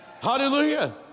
Hallelujah